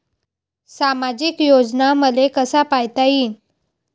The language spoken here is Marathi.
सामाजिक योजना मले कसा पायता येईन?